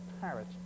parrot